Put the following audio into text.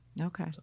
okay